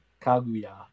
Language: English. Kaguya